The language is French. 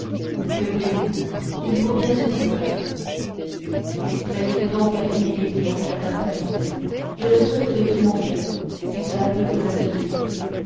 que voulez-vous il faut bien se distraire distrayez vous donc avec milady mon cher d'artagnan je le souhaite de tout mon coeur si cela peut vous amuser